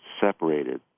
separated